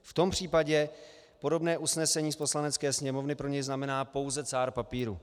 V tom případě podobné usnesení z Poslanecké sněmovny pro něj znamená pouze cár papíru.